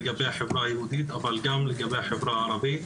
לגבי החברה היהודית אבל גם לגבי החברה הערבית.